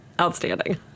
Outstanding